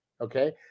okay